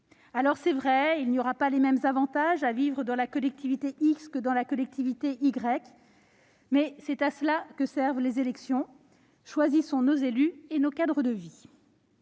Alors, c'est vrai, il n'y aura pas les mêmes avantages à vivre dans la collectivité X que dans la collectivité Y, mais c'est à cela que servent les élections : choisir ses élus et son cadre de vie.